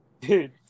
Dude